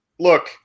Look